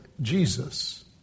Jesus